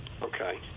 Okay